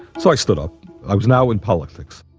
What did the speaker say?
so i stood up. i was now in politics.